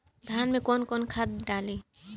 धान में कौन कौनखाद डाली?